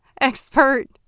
expert